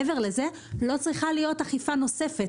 מעבר לזה, לא צריכה להיות אכיפה נוספת.